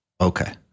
Okay